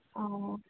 ꯑꯣ